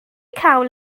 cawl